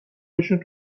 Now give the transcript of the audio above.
بشین